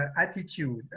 attitude